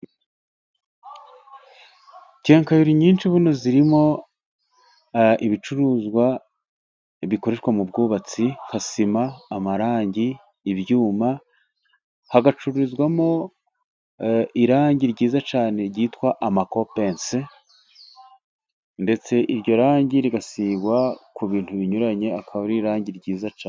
Kenkayori nyinshi buno zirimo ibicuruzwa bikoreshwa mu bwubatsi, nka sima, amarangi, ibyuma, hagacururizwamo irangi ryiza cyane ryitwa amakopense, ndetse iryo rangi rigasigwa ku bintu binyuranye akaba ari irangi ryiza cyane.